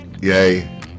Yay